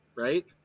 Right